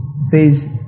says